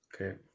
Okay